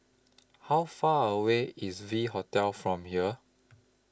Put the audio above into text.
How Far away IS V Hotel from here